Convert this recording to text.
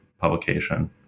publication